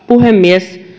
puhemies